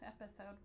episode